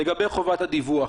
לגבי חובת הדיווח.